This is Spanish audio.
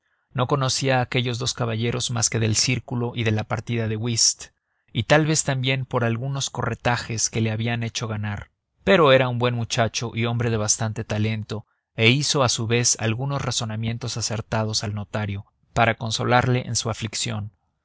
no conocía a aquellos dos caballeros más que del círculo y de la partida de whist y tal vez también por algunos corretajes que le habían hecho ganar pero era un buen muchacho y hombre de bastante talento e hizo a su vez algunos razonamientos acertados al notario para consolarle en su aflicción